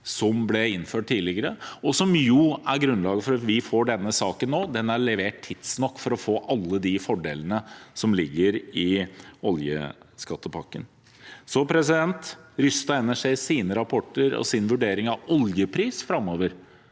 som ble innført tidligere, og som jo er grunnlaget for at vi får denne saken nå. Den er levert tidsnok til å få alle de fordelene som ligger i oljeskattepakken. Ifølge Rystad Energys rapport og vurdering av oljeprisen framover